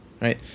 right